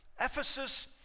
Ephesus